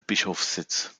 bischofssitz